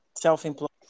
Self-employed